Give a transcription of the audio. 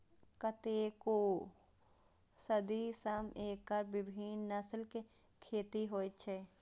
कतेको सदी सं एकर विभिन्न नस्लक खेती होइ छै